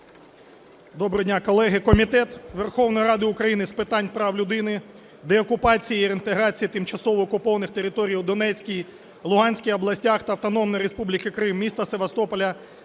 Доброго дня, колеги. Комітет Верховної Ради України з питань прав людини, деокупації та реінтеграції тимчасово окупованих територій у Донецькій, Луганській областях та Автономної Республіки Крим, міста Севастополя,